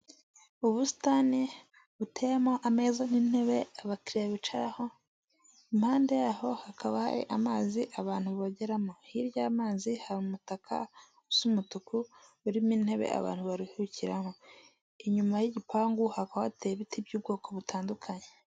Ubusitani buteyemo ameza n'intebe abakiriye bicaraho, impande yaho hakaba hari amazi abantu bogeramo, hirya y'amazi hari umutaka usa umutuku urimo intebe abantu baruhukiraho, inyuma y'igipangu hakaba hateye ibiti by'ubwoko butandukanye.